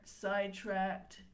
sidetracked